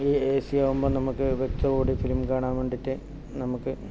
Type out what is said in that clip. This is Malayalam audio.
ഈ എ സി ആകുമ്പോൾ നമുക്ക് വ്യക്തതയോടെ ഫിലിം കാണാൻവേണ്ടിയിട്ട് നമുക്ക്